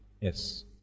Yes